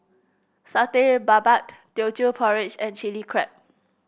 Satay Babat Teochew Porridge and Chili Crab